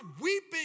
weeping